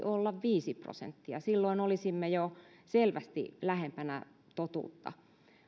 olla viisi prosenttia silloin olisimme jo selvästi lähempänä totuutta